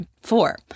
four